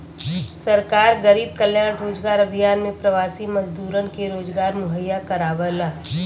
सरकार गरीब कल्याण रोजगार अभियान में प्रवासी मजदूरन के रोजगार मुहैया करावला